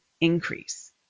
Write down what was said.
increase